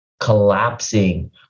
collapsing